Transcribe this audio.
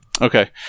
Okay